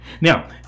now